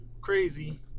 crazy